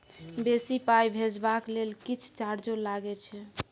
बेसी पाई भेजबाक लेल किछ चार्जो लागे छै?